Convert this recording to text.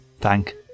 thank